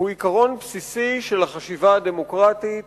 הוא עיקרון בסיסי של החשיבה הדמוקרטית